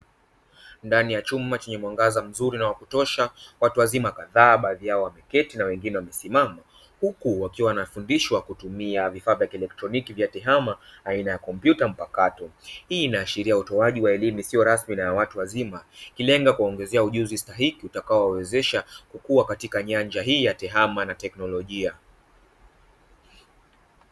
Ndani ya chumba chenye mwangaza mzuri na wakutosha watu wazima kadhaa baadhi yao wameketi na wengine wamesimama huku wakiwa wanafundishwa kutumia vifaa vya kieletroniki vya tehama aina ya kompyuta mpakato. Hii inaashiria utoaji wa elimu isiyo rasmi na ya watu wazima ikilenga kuwaongezea ujuzi stahiki utakao wawezesha kukuwa katika nyanja hii ya tehama na teknolojia.